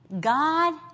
God